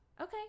Okay